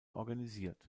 organisiert